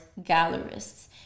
gallerists